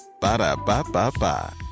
Ba-da-ba-ba-ba